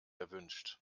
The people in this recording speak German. erwünscht